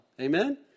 Amen